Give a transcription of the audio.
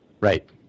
Right